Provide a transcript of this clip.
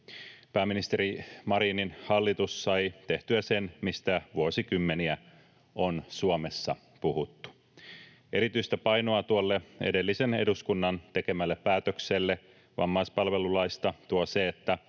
Pääministeri Marinin hallitus sai tehtyä sen, mistä vuosikymmeniä on Suomessa puhuttu. Erityistä painoa tuolle edellisen eduskunnan tekemälle päätökselle vammaispalvelulaista tuo se, että